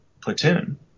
platoon